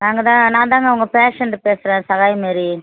நாங்கள் தான் நான் தாங்க உங்கள் பேஷண்ட்டு பேசுகிறேன் சகாயமேரி